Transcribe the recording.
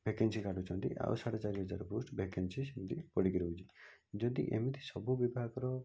vacancy କାଢ଼ୁଛନ୍ତି ଆଉ ସାଢ଼େ ଚାରି ହଜାର ପୋଷ୍ଟ୍ ଭେକେନ୍ସି ସେମିତି ପଡିକି ରହୁଛି ଯଦି ଏମିତି ସବୁ ବିଭାଗର